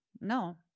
No